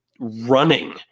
running